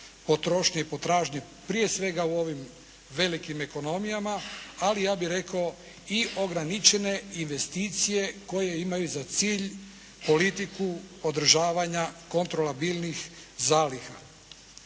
potrošnje i potražnje, prije svega u ovim velikim ekonomijama, ali ja bih rekao i ograničene investicije koje imaju za cilj politiku održavanja kontrolabilnih zaliha.